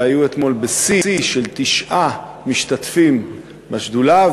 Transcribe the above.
שהיו אתמול בשיא של תשעה משתתפים בשדולה,